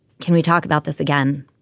can we talk about this again?